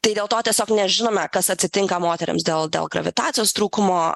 tai dėl to tiesiog nežinome kas atsitinka moterims dėl dėl gravitacijos trūkumo